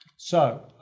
so,